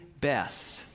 best